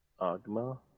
Agma